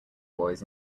boys